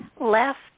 left